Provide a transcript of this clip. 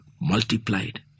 multiplied